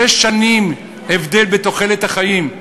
יש שש שנים הבדל בתוחלת החיים,